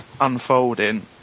unfolding